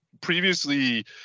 previously